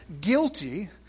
guilty